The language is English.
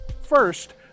First